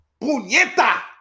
Puneta